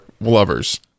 lovers